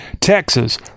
Texas